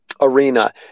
arena